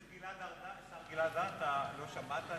השר גלעד ארדן, אולי לא שמעת.